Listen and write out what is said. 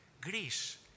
Greece